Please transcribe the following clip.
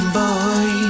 boy